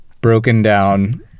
broken-down